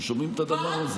אתם שומעים את הדבר הזה?